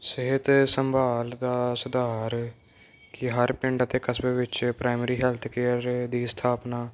ਸਿਹਤ ਅਤੇ ਸੰਭਾਲ ਦਾ ਸੁਧਾਰ ਕਿ ਹਰ ਪਿੰਡ ਅਤੇ ਕਸਬੇ ਵਿੱਚ ਪ੍ਰਾਇਮਰੀ ਹੈਲਥ ਕੇਅਰ ਦੀ ਸਥਾਪਨਾ